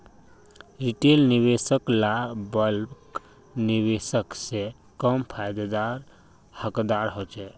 retail निवेशक ला bulk निवेशक से कम फायेदार हकदार होछे